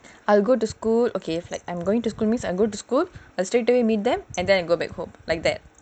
I will go to school okay if like I'm going to school means I'm going to school I straight away meet them and then I go back home like that